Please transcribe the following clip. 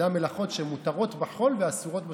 זה המלאכות שמותרות בחול ואסורות בשבת.